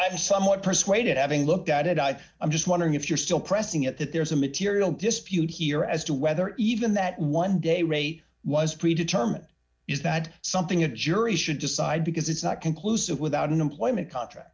was somewhat persuaded having looked at it i i'm just wondering if you're still pressing at that there's a material dispute here as to whether even that one day rate was pre determined is that something a jury should decide because it's not conclusive without an employment contract